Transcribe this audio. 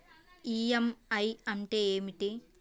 EMI అంటే ఏమిటి?